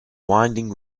winding